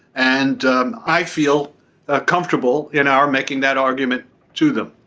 and i feel ah comfortable in our making that argument to them